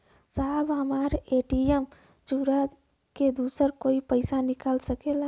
साहब हमार ए.टी.एम चूरा के दूसर कोई पैसा निकाल सकेला?